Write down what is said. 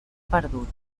perdut